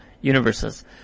universes